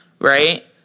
right